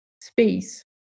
space